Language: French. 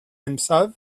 emsav